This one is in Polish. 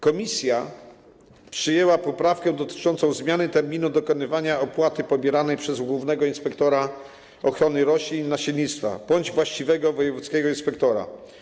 Komisja przyjęła poprawkę dotyczącą zmiany terminu dokonywania opłaty pobieranej przez głównego inspektora ochrony roślin i nasiennictwa bądź właściwego wojewódzkiego inspektora.